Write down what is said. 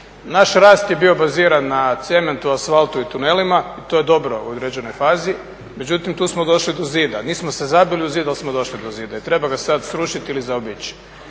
Naš rast je bio baziran na cementu, asfaltu i tunelima i to je dobro u određenoj fazi. Međutim, tu smo došli do zida, nismo se zabili u zid ali smo došli do zida. I treba ga sad srušiti ili zaobići.